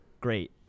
Great